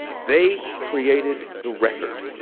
they created the record.